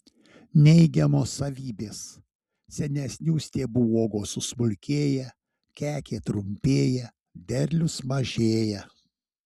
neigiamos savybės senesnių stiebų uogos susmulkėja kekė trumpėja derlius mažėja